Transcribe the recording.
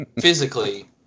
physically